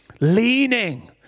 Leaning